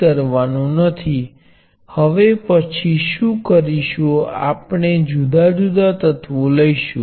તેમની પાછળનું તર્ક જાણવું